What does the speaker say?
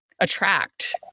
attract